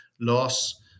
loss